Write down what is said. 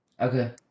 Okay